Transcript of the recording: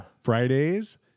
Fridays